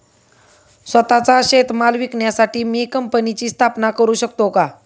स्वत:चा शेतीमाल विकण्यासाठी मी कंपनीची स्थापना करु शकतो का?